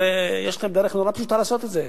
יש לכם דרך נורא פשוטה לעשות את זה: